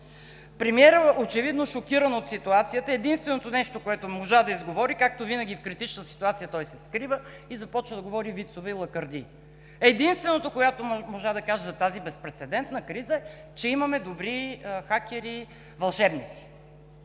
Премиерът, очевидно шокиран от ситуацията, единственото нещо, което може да изговори, както винаги в критична ситуация, той се скрива, и започва да говори вицове и лакърдии. Единственото, което можа да каже за тази безпрецедентна криза, е, че имаме добри хакери – вълшебници.